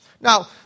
Now